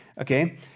okay